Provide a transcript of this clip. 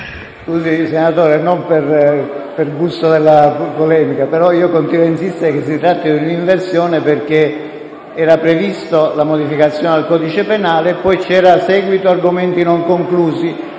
Calderoli, non per gusto di polemica, però continuo a insistere che si tratta di un'inversione, perché era prevista la modificazione al codice penale e, poi, c'era il seguito degli argomenti non conclusi.